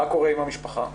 מה קורה עם המשפחה?